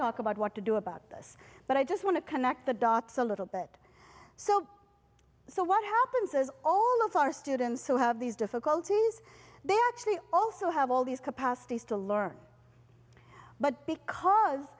talk about what to do about this but i just want to connect the dots a little bit so so what happens is all of our students who have these difficulties they actually also have all these capacities to learn but because